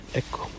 ecco